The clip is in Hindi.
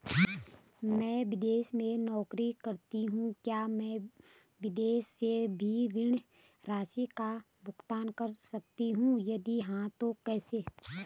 मैं विदेश में नौकरी करतीं हूँ क्या मैं विदेश से भी ऋण राशि का भुगतान कर सकती हूँ यदि हाँ तो कैसे?